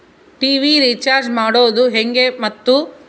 TV recharge ಮಾಡೋದು ಹೆಂಗ ಮತ್ತು?